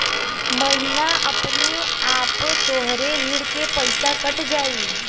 महीना अपने आपे तोहरे ऋण के पइसा कट जाई